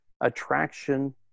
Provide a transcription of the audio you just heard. Attraction